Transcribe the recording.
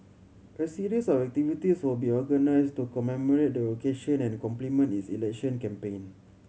a series of activities will be organised to commemorate the occasion and complement is election campaign